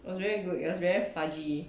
was very good it was very fudge